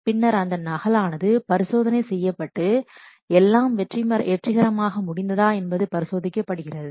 பின்னர் அந்த நகல் ஆனது பரிசோதனை செய்யப்பட்டு எல்லாம் வெற்றிகரமாக முடிந்ததா என்பது பரிசோதிக்கப்படுகிறது